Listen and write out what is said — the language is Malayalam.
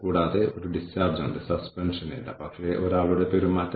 കൂടാതെ ഇത് 1 ദിവസം അല്ലെങ്കിൽ 12 ദിവസമായി ചുരുക്കിയിരിക്കുന്നു